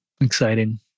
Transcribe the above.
exciting